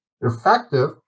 effective